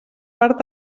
part